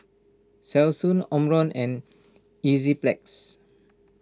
Selsun Omron and Enzyplex